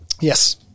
Yes